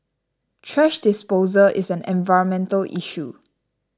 thrash disposal is an environmental issue